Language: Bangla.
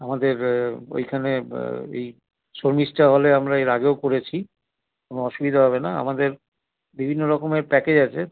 আমাদের ওইখানে এই শর্মিষ্ঠা হলে আমরা এর আগেও করেছি কোনো অসুবিধা হবে না আমাদের বিভিন্ন রকমের প্যাকেজ আছে